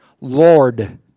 Lord